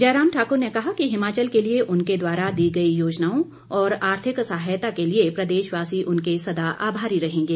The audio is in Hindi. जयराम ठाकुर ने कहा कि हिमाचल के लिए उनके द्वारा दी गई योजनाओं और आर्थिक सहायता के लिए प्रदेशवासी उनके सदा आभारी रहेंगे